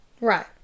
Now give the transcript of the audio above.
Right